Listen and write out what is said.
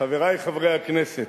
חברי חברי הכנסת,